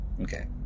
Okay